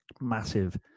massive